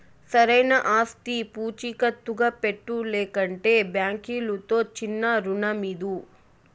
సరైన ఆస్తి పూచీకత్తుగా పెట్టు, లేకంటే బాంకీలుతో చిన్నా రుణమీదు